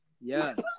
Yes